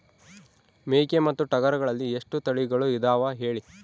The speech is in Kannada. ಮೇಕೆ ಮತ್ತು ಟಗರುಗಳಲ್ಲಿ ಎಷ್ಟು ತಳಿಗಳು ಇದಾವ ಹೇಳಿ?